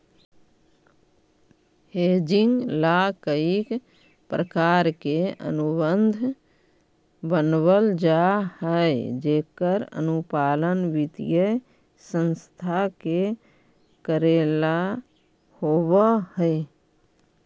hedging ला कईक प्रकार के अनुबंध बनवल जा हई जेकर अनुपालन वित्तीय संस्था के कऽरेला होवऽ हई